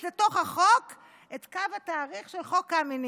כי הוא הסכים להכניס לתוך החוק את קו התאריך של חוק קמיניץ.